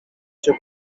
cię